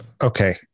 Okay